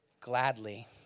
gladly